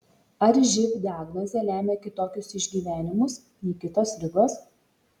ar živ diagnozė lemia kitokius išgyvenimus nei kitos ligos